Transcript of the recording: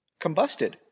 combusted